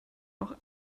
auch